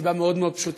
מסיבה מאוד מאוד פשוטה: